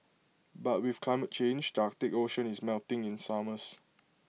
but with climate change the Arctic ocean is melting in summers